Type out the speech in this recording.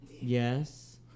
Yes